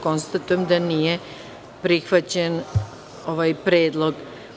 Konstatujem da nije prihvaćen ovaj predlog.